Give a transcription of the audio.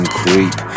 creep